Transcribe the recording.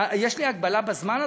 יש לי הגבלה בזמן,